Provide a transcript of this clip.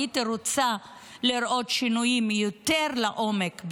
הייתי רוצה לראות בזה שינויים יותר לעומק.